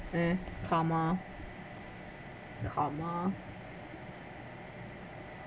eh karma karma